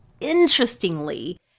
interestingly